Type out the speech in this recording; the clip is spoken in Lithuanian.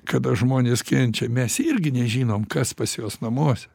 kad žmonės kenčia mes irgi nežinom kas pas juos namuose